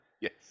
Yes